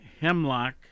Hemlock